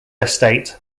estate